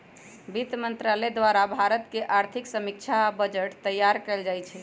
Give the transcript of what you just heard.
वित्त मंत्रालय द्वारे भारत के आर्थिक समीक्षा आ बजट तइयार कएल जाइ छइ